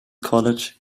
college